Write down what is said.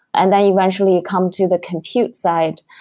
and then eventually you come to the compute side,